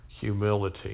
humility